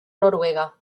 noruega